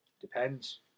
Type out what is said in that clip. Depends